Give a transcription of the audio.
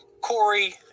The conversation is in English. Corey